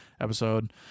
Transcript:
episode